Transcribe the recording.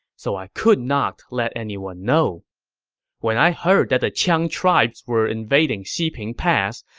so i could not let anyone know when i heard that the qiang tribes were invading xiping pass,